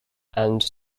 and